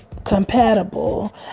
compatible